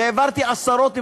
והעברתי עשרות חוקים,